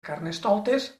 carnestoltes